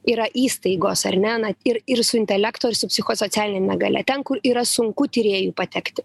yra įstaigos ar ne na ir ir su intelekto ir su psichosocialine negalia ten kur yra sunku tyrėjui patekti